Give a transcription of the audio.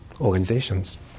organizations